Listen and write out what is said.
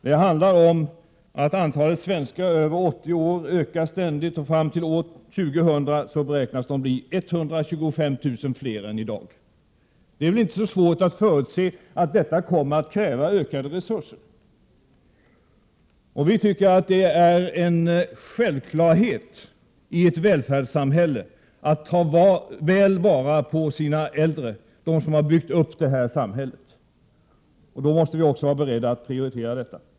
Det handlar om att antalet svenskar över 80 år ständigt ökar — fram till år 2000 beräknas de bli 125 000 fler än i dag. Det är inte så svårt att förutse att detta kommer att kräva ökade resurser. Det är en självklarhet i ett välfärdssamhälle att man tar väl vara på sina äldre, de som har byggt upp samhället, och då måste man också vara beredd att prioritera detta.